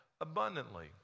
abundantly